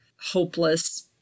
hopeless